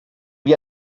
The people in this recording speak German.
wie